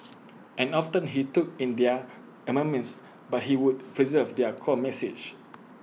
and often he took in their amendments but he would preserve their core message